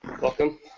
Welcome